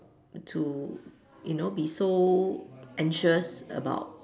to you know be so anxious about